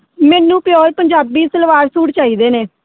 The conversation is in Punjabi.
ਮੈਨੂੰ ਪਿਓਰ ਪੰਜਾਬੀ ਸਲਵਾਰ ਸੂਟ ਚਾਹੀਦੇ ਨੇ